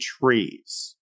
trees